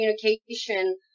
communication